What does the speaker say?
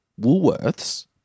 Woolworths